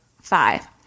five